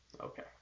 Okay